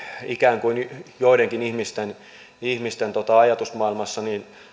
ikään kuin joidenkin ihmisten ihmisten ajatusmaailmassa